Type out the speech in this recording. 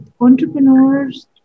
entrepreneurs